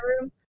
room